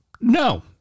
no